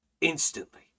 Instantly